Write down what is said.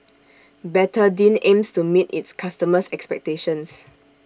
Betadine aims to meet its customers' expectations